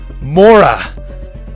mora